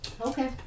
Okay